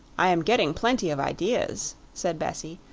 i am getting plenty of ideas, said bessie,